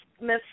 Miss